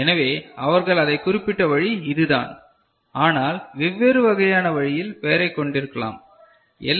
எனவே அவர்கள் அதைக் குறிப்பிட்டுள்ள வழி இதுதான் ஆனால் வெவ்வேறு வகையான வழியில் பெயரை கொண்டிருக்கலாம் எல்